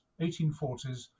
1840s